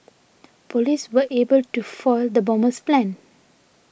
police were able to foil the bomber's plans